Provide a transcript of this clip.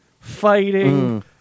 fighting